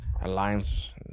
alliance